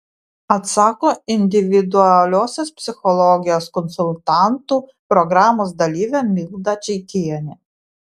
atsako individualiosios psichologijos konsultantų programos dalyvė milda čeikienė